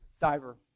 diver